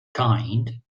kind